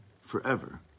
forever